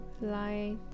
light